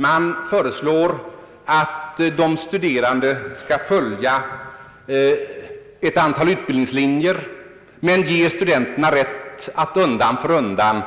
Man föreslår att de studerande skall följa ett antal utbildningslinjer men ger dem rätt att undan för undan